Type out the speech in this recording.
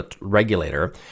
regulator